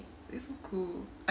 it's so cool